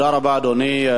אדוני,